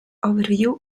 overview